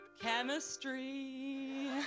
chemistry